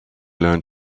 learn